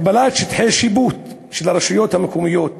הגבלת שטחי השיפוט של הרשויות המקומיות